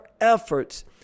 efforts